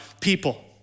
people